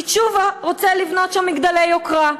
כי תשובה רוצה לבנות שם מגדלי יוקרה,